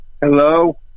Hello